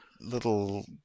little